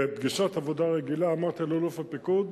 בפגישת עבודה רגילה אמרתי לאלוף הפיקוד: